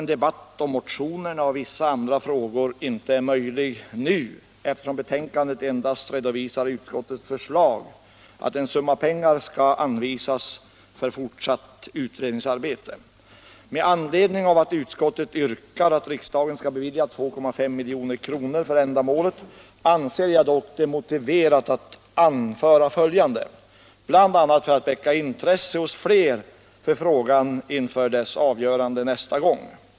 En debatt om motionerna och vissa andra frågor är givetvis inte möjlig nu, eftersom betänkandet endast redovisar utskottets förslag att en summa pengar skall anvisas för fortsatt utredningsarbete. Med anledning av att utskottet yrkar att riksdagen skall bevilja 2,5 milj.kr. för ändamålet anser jag dock det motiverat att anföra följande, bl.a. för att väcka ett ökat intresse för frågan inför dess avgörande nästa gång.